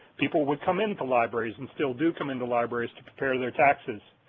people would come into libraries and still do come into libraries to prepare their taxes.